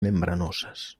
membranosas